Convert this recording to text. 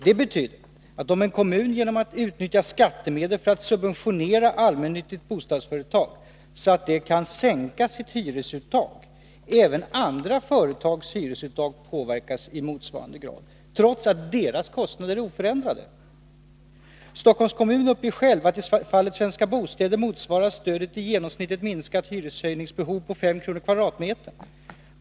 Det betyder att om en kommun genom att utnyttja skattemedel subventionerar allmännyttigt bostadsföretag så att detta kan sänka sitt hyresuttag, påverkas även andra företags hyresuttag i motsvarande grad — trots att deras kostnader är oförändrade. Stockholms kommun uppger själv att stödet i fallet Svenska Bostäder motsvarar ett i genomsnitt minskat hyreshöjningsbehov på 5 kr. per m?.